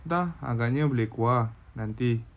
entah agaknya boleh keluar nanti